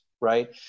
right